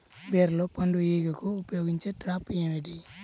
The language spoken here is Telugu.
బీరలో పండు ఈగకు ఉపయోగించే ట్రాప్ ఏది?